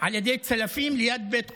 על ידי צלפים ליד בית חולים,